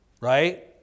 right